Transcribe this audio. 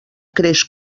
creix